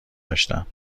داشتم